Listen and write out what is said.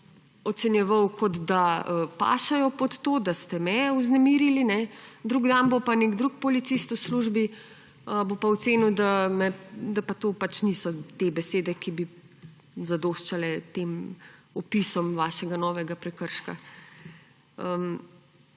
ocenjeval, kot da pašejo pod to, da ste me vznemirili, drugi dan bo pa nek drug policist v službi, bo pa ocenil, da pa to pač niso te besede, ki bi zadoščale tem opisom vašega novega prekrška.